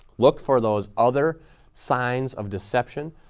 look for those other signs of deception,